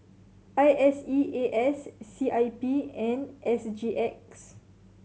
I S E A S C I P and S G X